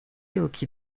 yılki